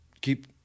keep